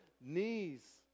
knees